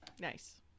Nice